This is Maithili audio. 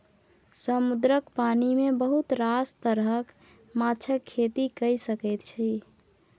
समुद्रक पानि मे बहुत रास तरहक माछक खेती कए सकैत छी